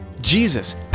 Jesus